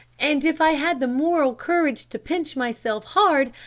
and if i had the moral courage to pinch myself hard,